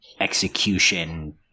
execution